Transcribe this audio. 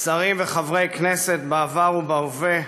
שרים וחברי הכנסת בעבר ובהווה,